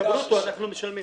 את הברוטו אנחנו משלמים.